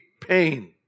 pain